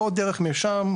או דרך מרשם,